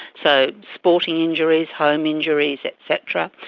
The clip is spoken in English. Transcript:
so sporting injuries, home injuries, et cetera.